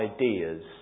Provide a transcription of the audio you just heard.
ideas